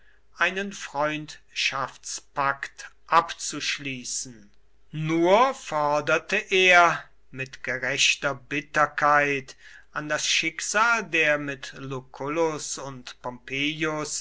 einen freundschaftspakt abzuschließen nur forderte er mit gerechter bitterkeit an das schicksal der mit lucullus und pompeius